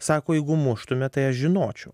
sako jeigu muštumėt tai aš žinočiau